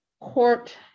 Court